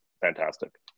fantastic